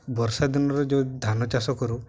ବର୍ଷା ଦିନରେ ଯେଉଁ ଧାନ ଚାଷ କରୁ